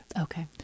okay